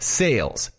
sales